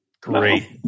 Great